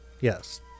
Yes